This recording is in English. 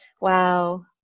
wow